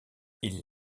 ils